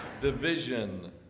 division